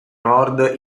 nord